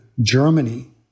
Germany